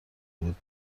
بود